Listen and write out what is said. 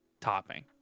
topping